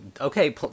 okay